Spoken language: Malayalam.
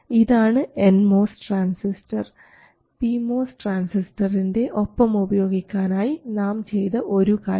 ഇതാണ് N MOS transistor P MOS ട്രാൻസിസ്റ്ററിൻറെ ഒപ്പം ഉപയോഗിക്കാനായി നാം ചെയ്ത ഒരു കാര്യം